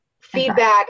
feedback